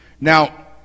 now